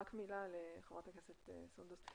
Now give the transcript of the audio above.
רק מילה לחברת הכנסת סונדוס,